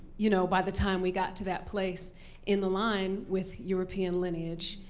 you know, by the time we got to that place in the line with european lineage,